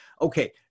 Okay